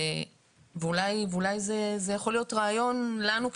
ואולי זה יכול להיות רעיון לנו,